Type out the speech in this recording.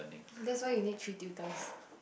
that's why you need three tutors